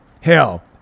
Hell